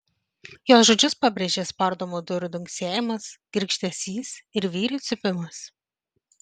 jos žodžius pabrėžė spardomų durų dunksėjimas girgždesys ir vyrių cypimas